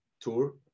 tour